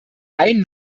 ein